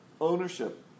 ownership